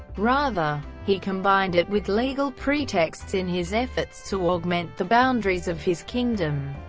rather, he combined it with legal pretexts in his efforts to augment the boundaries of his kingdom.